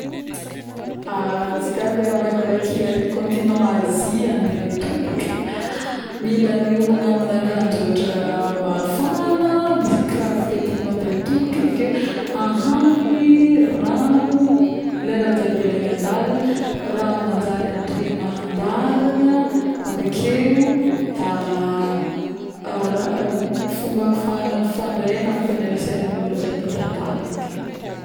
izy koa hamakivaky i Continent Asia andeha tongotro, mila miomagna amina akanjo mafagna, misy kiraro fetigny mandeha antongotra, avekeo ahagniny, ragno, le raha jiaby ilaigny an-dalagna, raha manjary andriagna an-dalagna, avekeo˂hesitation˃fomba afahagna mifandray na mignerasera amin'ny olo jiaby ita an-dalagna ake